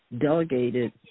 delegated